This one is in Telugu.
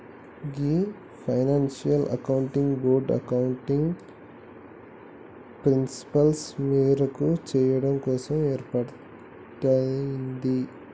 గీ ఫైనాన్షియల్ అకౌంటింగ్ బోర్డ్ అకౌంటింగ్ ప్రిన్సిపిల్సి మెరుగు చెయ్యడం కోసం ఏర్పాటయింది